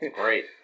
Great